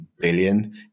billion